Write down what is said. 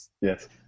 Yes